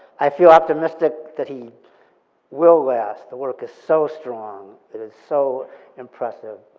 i feel optimistic that he will last. the work is so strong, it is so impressive.